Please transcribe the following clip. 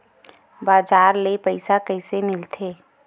बजार ले पईसा कइसे मिलथे?